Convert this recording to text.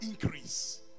increase